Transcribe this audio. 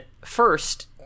first